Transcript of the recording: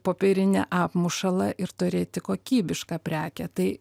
popierinį apmušalą ir turėti kokybišką prekę tai